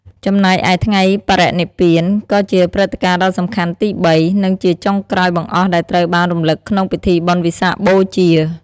ចំណែកឯថ្ងៃបរិនិព្វាន ក៏ជាព្រឹត្តិការណ៍ដ៏សំខាន់ទីបី និងជាចុងក្រោយបង្អស់ដែលត្រូវបានរំលឹកក្នុងពិធីបុណ្យវិសាខបូជា។